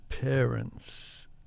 parents